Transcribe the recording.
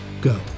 go